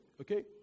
okay